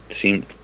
seem